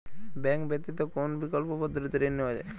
Bank ব্যতিত কোন বিকল্প পদ্ধতিতে ঋণ নেওয়া যায়?